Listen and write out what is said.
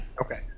Okay